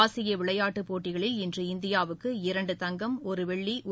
ஆசிய விளையாட்டுப் போட்டிகளில் இன்று இந்தியாவுக்கு இரண்டு தங்கம் ஒரு வெள்ளி ஒரு